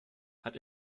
hat